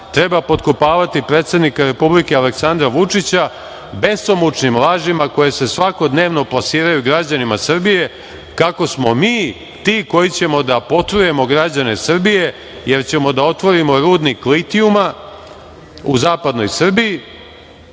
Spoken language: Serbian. treba potkopavati predsednika Republike Aleksandra Vučića besomučnim lažima koje se svakodnevno plasiraju građanima Srbije kako smo mi ti koji ćemo da potrujemo građane Srbije, jer ćemo da otvorimo rudnik litijuma u zapadnoj Srbiji